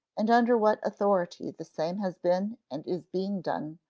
and under what authority the same has been and is being done,